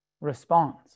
response